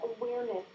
awareness